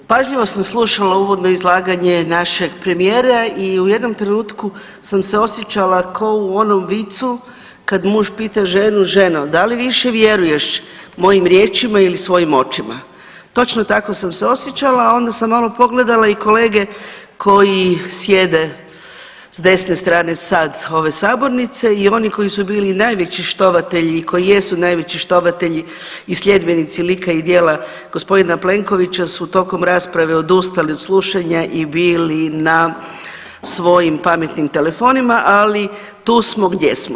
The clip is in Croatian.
Pažljivo sam slušala uvodno izlaganje našeg premijera i u jednom trenutku sam se osjećala kao u onom vicu kad muž pita ženu, ženo, da li više vjeruješ mojim riječima ili svojim očima, točno tako sam se osjećala, a onda sam malo pogledala i kolege koji sjede s desne strane, sad, ove sabornice i oni koji su bili najveći štovatelji i koji jesu najveći štovatelji i sljedbenici lika i djela g. Plenkovića su tokom rasprave odustali od slušanja i bili na svojim pametnim telefonima, ali tu smo gdje smo.